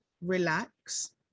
relax